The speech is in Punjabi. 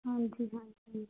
ਹਾਂਜੀ ਹਾਂਜੀ